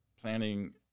planning